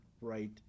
right